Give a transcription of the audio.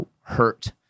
hurt